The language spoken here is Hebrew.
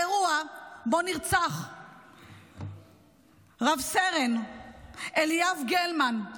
האירוע שבו נרצח רב-סרן אליאב גלמן,